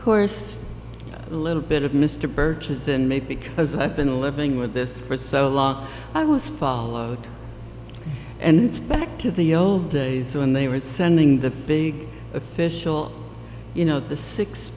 chorus a little bit of mr purchase and maybe as i've been living with this for so long i was followed and it's back to the old days when they were sending the big official you know the six